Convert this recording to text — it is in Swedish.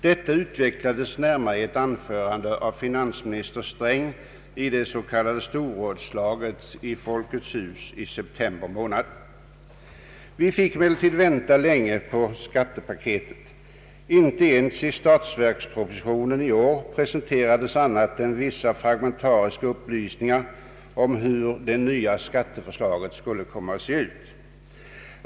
Detta utvecklades senare i ett anförande av finansminister Sträng i det s.k. storrådslaget i Folkets hus i september. Vi fick emellertid vänta länge på skattepaketet. Inte ens i statsverkspropositionen i år presenterades något annat än vissa fragmentariska upplysningar om hur det nya skatteförslaget skulle komma att se ut.